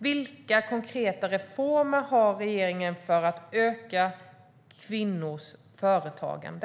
Vilka konkreta reformer har regeringen för att öka kvinnors företagande?